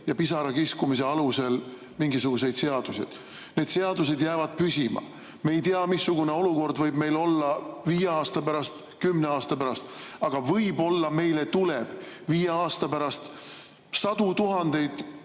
ja pisarakiskumise alusel mingisuguseid seaduseid. Need seadused jäävad püsima. Me ei tea, missugune olukord võib meil olla viie aasta pärast või kümne aasta pärast. Aga võib-olla meile tuleb viie aasta pärast sadu tuhandeid